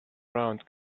round